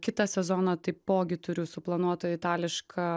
kitą sezoną taipogi turiu suplanuotą itališką